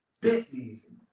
Bentleys